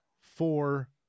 four